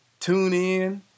TuneIn